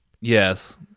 yes